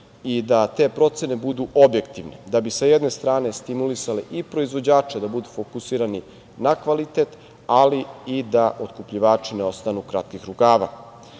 i da te procene budu objektivne da bi sa jedne strane stimulisali i proizvođače da budu fokusirani na kvalitet, ali i da otkupljivači ne ostanu kratkih rukava. Važno